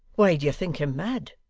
why do you think him mad